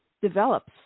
develops